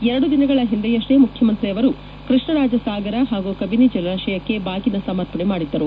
ಎರಡು ದಿನಗಳ ಹಿಂದೆಯಷ್ಟೆ ಮುಖ್ಯಮಂತ್ರಿ ಅವರು ಕೃಷ್ಣರಾಜಸಾಗರ ಹಾಗೂ ಕಬಿನಿ ಜಲಾಶಯಕ್ಕೆ ಬಾಗಿನ ಸಮರ್ಪಣೆ ಮಾಡಿದ್ದರು